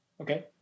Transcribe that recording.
Okay